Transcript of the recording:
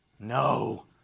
No